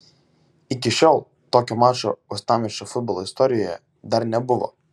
iki šiol tokio mačo uostamiesčio futbolo istorijoje dar nebuvo